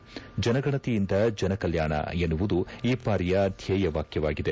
ಜನಗಣತಿಯಿಂದ ಜನಕಲ್ಕಾಣ ಎನ್ನುವುದು ಈ ಬಾರಿಯ ಧ್ವೇಯವಾಕ್ಕವಾಗಿದೆ